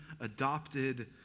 adopted